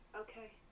Okay